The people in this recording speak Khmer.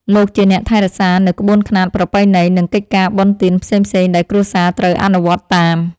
លោកជាអ្នកថែរក្សានូវក្បួនខ្នាតប្រពៃណី និងកិច្ចការបុណ្យទានផ្សេងៗដែលគ្រួសារត្រូវអនុវត្តតាម។